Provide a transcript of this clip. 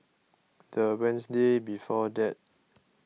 the Wednesday before that